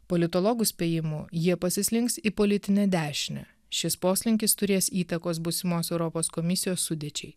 politologų spėjimu jie pasislinks į politinę dešinę šis poslinkis turės įtakos būsimos europos komisijos sudėčiai